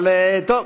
אבל טוב.